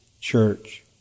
church